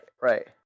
right